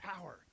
power